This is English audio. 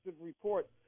report